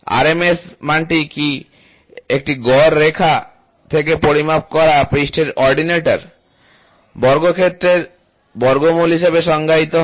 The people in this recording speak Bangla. আর এম এস মানটি একটি গড় রেখা থেকে পরিমাপ করা পৃষ্ঠের অর্ডিনেটের বর্গক্ষেত্রের বর্গমূল হিসাবে সংজ্ঞায়িত হয়